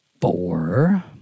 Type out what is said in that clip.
Four